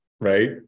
Right